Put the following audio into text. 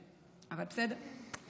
אבל בסדר.